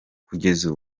kugeza